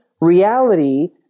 reality